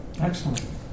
Excellent